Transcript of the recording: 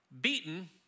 beaten